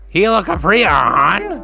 Helicoprion